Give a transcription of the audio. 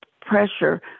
pressure